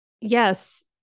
Yes